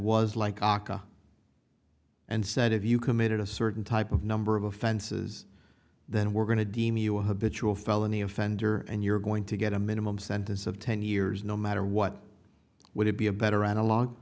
was like aka and said if you committed a certain type of number of offenses then we're going to deem your habitual felony offender and you're going to get a minimum sentence of ten years no matter what would it be a better analog